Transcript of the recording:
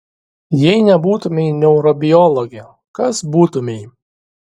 jei nebūtumei neurobiologė kas būtumei